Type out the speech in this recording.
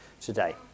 today